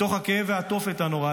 מתוך הכאב והתופת הנוראה,